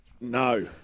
No